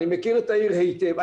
אני מכיר את העיר היטב.